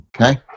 okay